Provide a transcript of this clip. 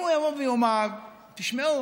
אם הוא יבוא ויאמר, תשמעו,